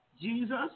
Jesus